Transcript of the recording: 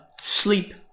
sleep